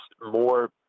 more